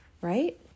right